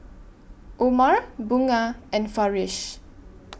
Omar Bunga and Farish